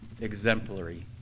exemplary